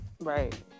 right